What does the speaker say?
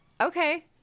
Okay